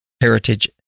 Heritage